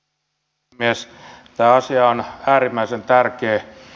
tämä asia on äärimmäisen tärkeä